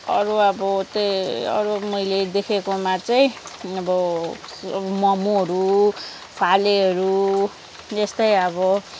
अरू अब त्यही अरू पनि मैले देखेकोमा चाहिँ अब अब मोमोहरू फालेहरू यस्तै अब